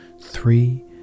three